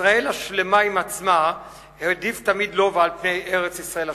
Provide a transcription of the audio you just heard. את "ישראל השלמה עם עצמה" העדיף תמיד לובה על פני "ארץ-ישראל השלמה".